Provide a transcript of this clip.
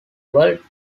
world